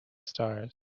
stars